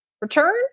return